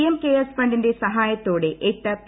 M cares ഫണ്ടിന്റെ സഹായത്തോടെ എട്ട് പി